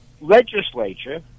legislature